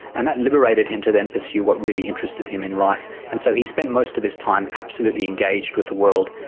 and that liberated him to then pursue what really interested him in life, and so he spent most of his time absolutely engaged with the world,